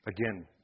Again